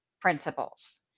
principles